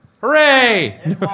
Hooray